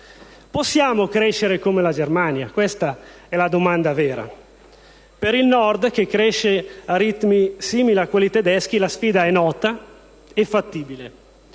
Possiamo crescere come la Germania? Questa è la domanda vera. Per il Nord, che cresce a ritmi simili a quelli tedeschi, la sfida è nota e fattibile.